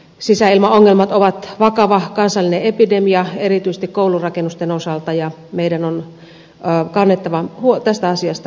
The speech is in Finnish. sisäilmaongelmat on vakava kansallinen epidemia erityisesti koulurakennusten osalta ja meidän on kannettava tästä asiasta huolta